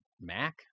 Mac